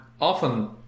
often